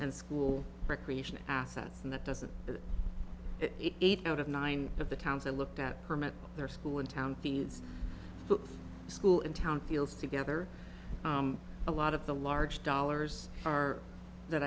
and school recreation assets and that doesn't it eight out of nine of the towns i looked at permit their school in town feeds the school in town feels together a lot of the large dollars are that